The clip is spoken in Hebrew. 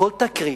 כל תקרית,